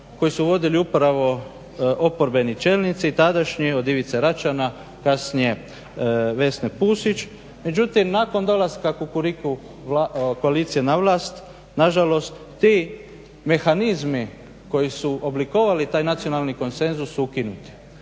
koji su vodili upravo oporbeni čelnici tadašnji, od Ivice Račana, kasnije Vesne Pusić, međutim nakon dolaska Kukuriku koalicije na vlast nažalost ti mehanizmi koji su oblikovali taj nacionalni konsenzus su ukinuti.